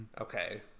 Okay